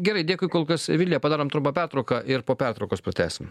gerai dėkui kol kas vilija padarom trumpą pertrauką ir po pertraukos pratęsim